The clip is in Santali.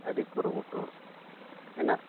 ᱟᱹᱰᱤ ᱠᱩᱨᱩᱢᱩᱴᱩ ᱢᱮᱱᱟᱜ